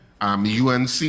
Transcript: UNC